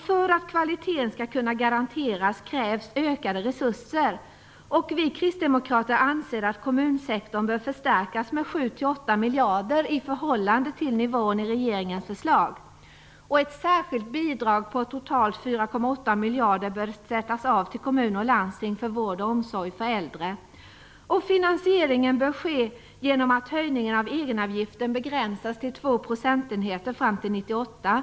För att kvaliteten skall kunna garanteras krävs ökade resurser. Vi kristdemokrater anser att kommunsektorn bör förstärkas med 7-8 miljarder i förhållande till nivån i regeringens förslag. Ett särskilt bidrag på totalt 4,8 miljarder bör sättas av till kommuner och landsting för vård och omsorg för äldre. Finansieringen bör ske genom att höjningen av egenavgiften begränsas till 2 procentenheter fram till 1998.